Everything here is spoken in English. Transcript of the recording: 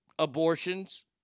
Abortions